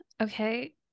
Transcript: okay